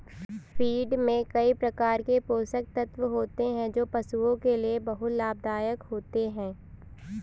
feed में कई प्रकार के पोषक तत्व होते हैं जो पशुओं के लिए बहुत लाभदायक होते हैं